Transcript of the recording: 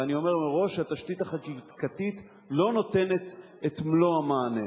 ואני אומר מראש: התשתית החקיקתית לא נותנת את מלוא המענה.